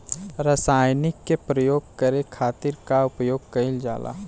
रसायनिक के प्रयोग करे खातिर का उपयोग कईल जाला?